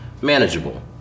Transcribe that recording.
manageable